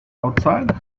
outside